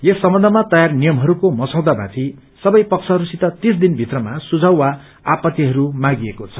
यस सम्बन्धमा तयार नियमहरूको मसौदाहरूमाथि सबै पक्षहरूसित तीस दिन भित्रमा सुझाव वा आपत्तिहरू मागिएको छ